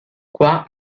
qua